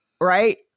Right